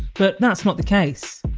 but that's not the case.